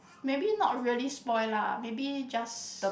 maybe not really spoil lah maybe just